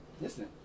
listen